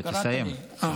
שתסיים.